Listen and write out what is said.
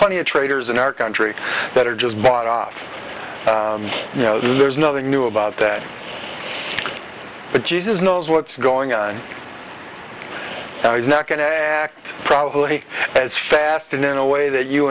plenty of traitors in our country that are just bought off you know there's nothing new about that but jesus knows what's going on and he's not going to act probably as fast and in a way that you